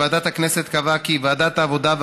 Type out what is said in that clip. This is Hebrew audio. ועדת הכנסת קבעה כי ועדת העבודה,